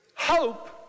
Hope